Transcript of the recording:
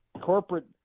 corporate